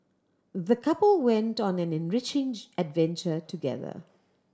the couple went on an enriching adventure together